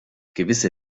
gewisse